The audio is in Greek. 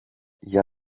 για